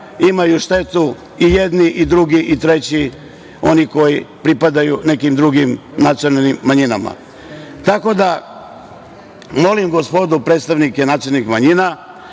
imaju štetu i jedni i drugi i treći, oni koji pripadaju nekim drugim nacionalnim manjinama. Tako da molim gospodu predstavnike nacionalnih manjina